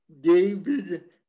David